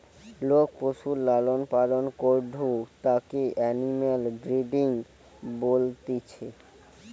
লোক পশুর লালন পালন করাঢু তাকে এনিম্যাল ব্রিডিং বলতিছে